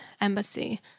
embassy